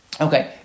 Okay